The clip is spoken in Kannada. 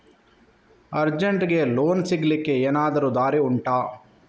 ಅರ್ಜೆಂಟ್ಗೆ ಲೋನ್ ಸಿಗ್ಲಿಕ್ಕೆ ಎನಾದರೂ ದಾರಿ ಉಂಟಾ